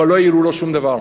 אבל לא העירו לו שום דבר.